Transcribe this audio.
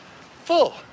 full